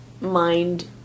mind